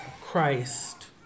Christ